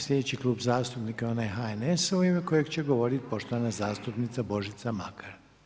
Sljedeći Klub zastupnika je onaj HNS-a u ime kojeg će govoriti poštovana zastupnica Božica Makar.